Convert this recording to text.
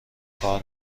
کار